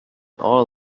all